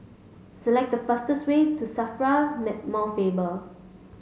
select the fastest way to SAFRA Mount Faber